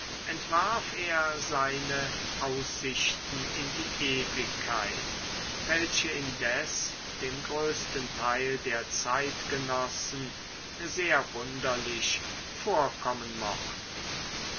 entwarf er seine aussichten in die ewigkeit welche indes dem größten teil der zeitgenossen sehr wunderlich vorkommen mochten